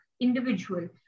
individual